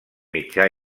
mitjà